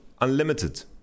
Unlimited